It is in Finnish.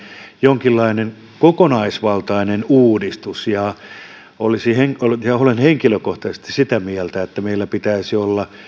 jonkinlainen kokonaisvaltainen uudistus ja olen henkilökohtaisesti sitä mieltä että meillä pitäisi olla